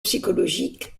psychologique